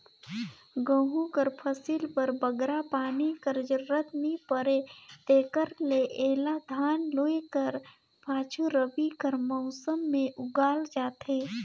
गहूँ कर फसिल बर बगरा पानी कर जरूरत नी परे तेकर ले एला धान लूए कर पाछू रबी कर मउसम में उगाल जाथे